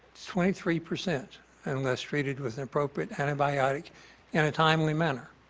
twenty three percent unless treated with an appropriate antibiotic in a timely manner.